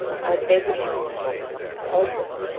i beg of you, monty, help us.